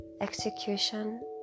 execution